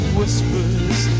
whispers